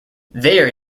there